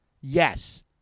yes